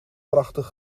prachtig